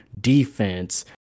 defense